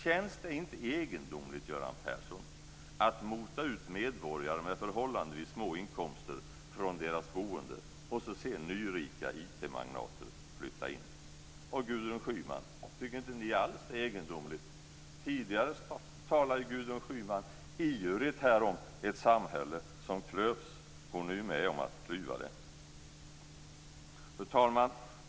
Känns det inte egendomligt, Göran Persson, att mota ut medborgare med förhållandevis små inkomster från deras boende och se nyrika IT-magnater flytta in? Och Gudrun Schyman: Tycker ni inte alls att det är egendomligt? Tidigare talade Gudrun Schyman här ivrigt om ett samhälle som klövs. Hon är ju med om att klyva det. Fru talman!